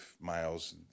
miles